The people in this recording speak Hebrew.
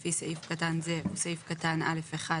לפי סעיף קטן זה או סעיף קטן (א1),